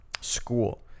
school